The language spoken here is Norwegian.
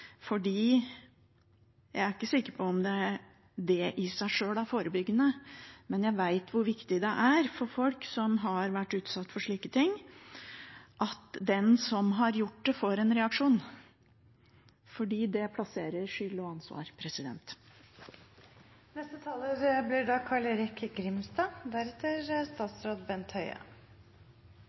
jeg er ikke sikker på om det i seg sjøl er forebyggende, men jeg vet hvor viktig det er for folk som har vært utsatt for slike ting, at den som har gjort det, får en reaksjon, for det plasserer skyld og ansvar.